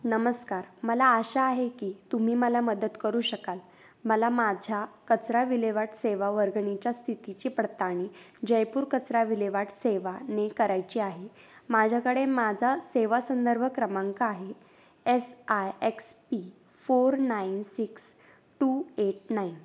नमस्कार मला आशा आहे की तुम्ही मला मदत करू शकाल मला माझ्या कचरा विल्हेवाट सेवा वर्गणीच्या स्थितीची पडताळणी जयपूर कचरा विल्हेवाट सेवाने करायची आहे माझ्याकडे माझा सेवा संदर्भ क्रमांक आहे S I X P four nine six two eight nine